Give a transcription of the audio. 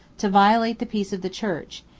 to violate the peace of the church,